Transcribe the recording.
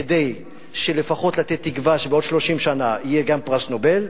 כדי לתת לפחות תקווה שבעוד 30 שנה יהיה פרס נובל.